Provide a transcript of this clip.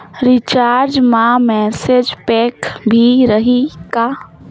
Recharge मा message pack भी रही का?